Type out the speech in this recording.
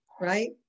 right